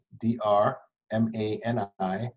d-r-m-a-n-i